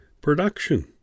production